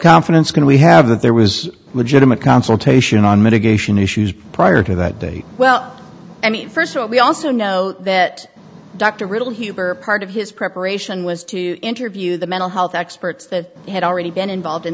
confidence can we have that there was legitimate consultation on mitigation issues prior to that day well i mean first of all we also know that dr riddell huber part of his preparation was to interview the mental health experts that had already been involved in